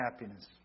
happiness